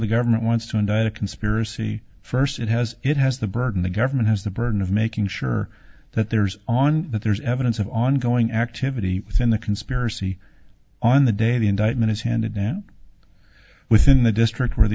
the government wants to indict a conspiracy first it has it has the burden the government has the burden of making sure that there's on that there's evidence of ongoing activity within the conspiracy on the day the indictment is headed now within the district where the